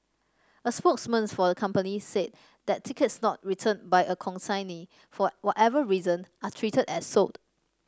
a spokesman for the company said that tickets not returned by a consignee for whatever reason are treated as sold